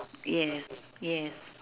yes yes